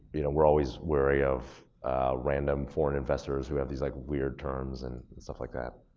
you know, we're always wary of random foreign investors who have these like weird terms and stuff like that.